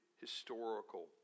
historical